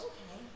Okay